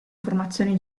formazioni